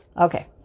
Okay